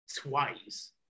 twice